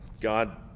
God